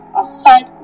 aside